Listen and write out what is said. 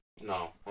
No